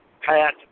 Pat